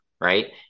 right